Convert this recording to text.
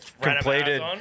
completed